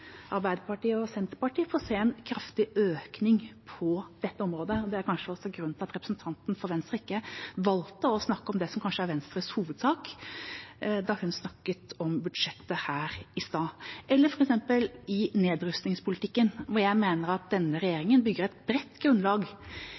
Arbeiderpartiet og Senterpartiet, får se en kraftig økning på dette området, og det er kanskje også grunnen til at representanten fra Venstre ikke valgte å snakke om det som kanskje er Venstres hovedsak, da hun snakket om budsjettet her i stad. Et annet eksempel er nedrustningspolitikken, hvor jeg mener at denne